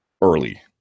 early